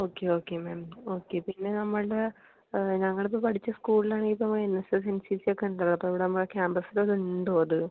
okay okay ma'am okay പിന്നെ നമ്മൾടെ ഞങ്ങളിപ്പോൾ പഠിച്ച സ്കൂളിലാണെങ്കിൽ ഇപ്പോൾ N S S N C C ഒക്കേണ്ട് അപ്പോൾ ഇവിടെ നമ്മുടെ ക്യാമ്പസിൽ അതുണ്ടൊ അത്